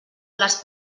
les